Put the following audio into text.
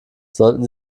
sollten